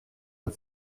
and